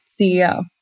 CEO